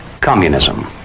communism